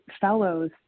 fellows